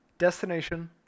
Destination